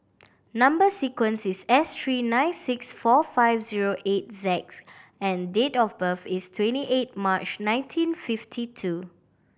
number sequence is S three nine six four five zero eight Z and date of birth is twenty eight March nineteen fifty two